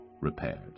repaired